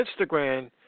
Instagram